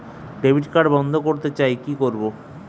Debit card বন্ধ করতে চাই কি করব?